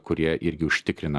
kurie irgi užtikrina